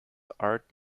art